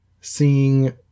Seeing